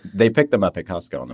they pick them up at costco. and